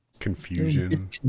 confusion